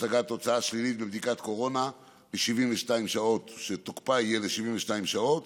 הצגת תוצאה שלילית בבדיקת קורונה שתוקפה יהיה ל-72 שעות